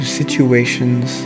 situations